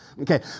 Okay